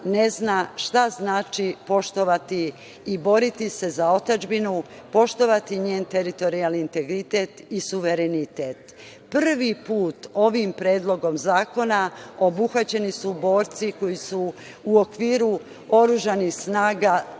ne zna šta znači poštovati i boriti se za otadžbinu, poštovati njen teritorijalni integritet i suverenitet. Prvi put ovim Predlogom zakona obuhvaćeni su borci koji su u okviru oružanih snaga